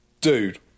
dude